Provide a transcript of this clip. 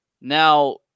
Now